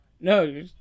No